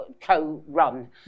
co-run